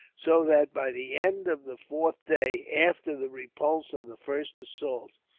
so that, by the end of the fourth day after the repulse of the first assault,